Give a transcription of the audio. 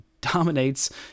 dominates